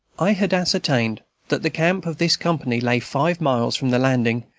i had ascertained that the camp of this company lay five miles from the landing,